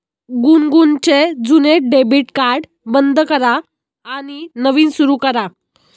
गुनगुनचे जुने debit card बंद करा आणि नवीन सुरू करा